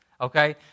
Okay